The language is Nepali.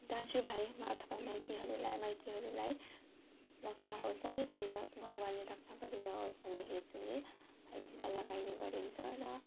दाजुभाइ अथवा माइतीहरूलाई माइतीहरूलाई रक्षा होस् अरे गरेर भगवानले रक्षा गरिरहोस् भन्ने हेतुले भाइटिका लगाइने गरिन्छ र